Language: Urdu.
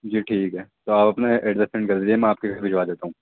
جی ٹھیک ہے تو آپ اپنا ایڈریس سینڈ کر دیجیے میں آپ کے گھر بھجوا دیتا ہوں